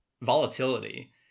volatility